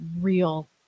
real